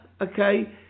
okay